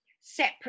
separate